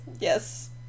yes